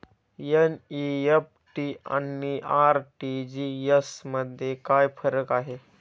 NEFT आणि RTGS मध्ये काय फरक आहे?